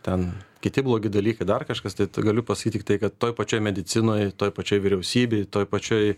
ten kiti blogi dalykai dar kažkas tai galiu pasakyt tik tai kad toj pačioj medicinoj toj pačioj vyriausybėj toj pačioj